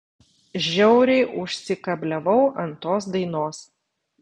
žiauriai užsikabliavau ant tos dainos